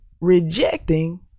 rejecting